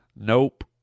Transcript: Nope